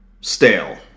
stale